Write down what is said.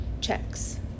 checks